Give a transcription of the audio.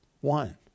One